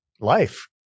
life